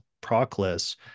Proclus